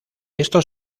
estos